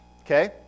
okay